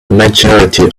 majority